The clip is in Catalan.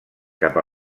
cap